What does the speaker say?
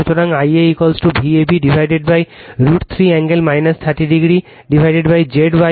সুতরাং Ia Vab √ 3 কোণ - 30o Z y